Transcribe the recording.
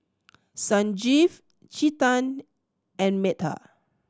Sanjeev Chetan and Medha